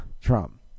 Trump